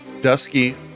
Dusky